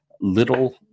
little